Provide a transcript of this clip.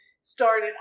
started